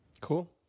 cool